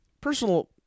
personal